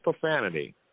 profanity